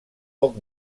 poc